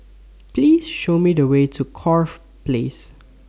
Please Show Me The Way to Corfe Place